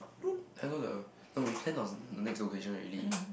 I don't know the no we plan on the next location already